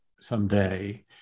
someday